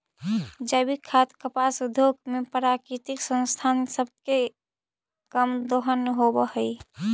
जैविक कपास उद्योग में प्राकृतिक संसाधन सब के कम दोहन होब हई